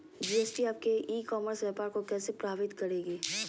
GST आपके e commerce व्यापार को कैसे प्रभावित करेगी?